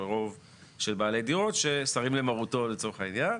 של בעלי דירות שסרים למרותו לצורך העניין,